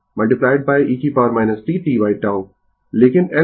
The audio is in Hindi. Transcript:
तो यह होगा vt Vse t tτ लेकिन यहाँ u संलग्न है अर्थात t 0 से कम के लिए u 0 है